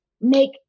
make